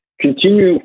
Continue